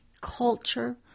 culture